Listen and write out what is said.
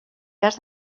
cas